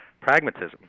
pragmatism